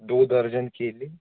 दो दर्जन केले